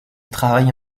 travaille